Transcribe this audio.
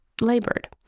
labored